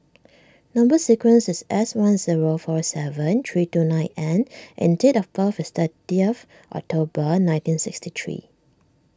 Number Sequence is S one zero four seven three two nine N and date of birth is thirtieth October nineteen sixty three